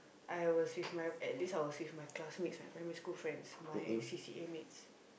I was with my at least I was with my classmates my primary school friends my c_c_a mates